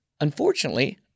Unfortunately